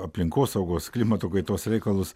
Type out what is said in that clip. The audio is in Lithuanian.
aplinkosaugos klimato kaitos reikalus